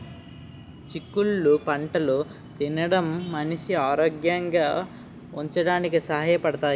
చిక్కుళ్ళు పంటలు తినడం మనిషి ఆరోగ్యంగా ఉంచడానికి సహాయ పడతాయి